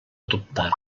adoptar